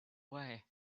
way